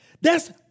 thats